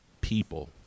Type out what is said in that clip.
people